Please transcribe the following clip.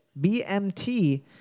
BMT